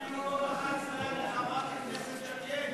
אפילו לא לחץ את היד לחברת הכנסת שקד.